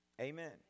Amen